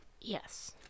Yes